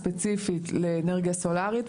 ספציפית לאנרגיה סולארית,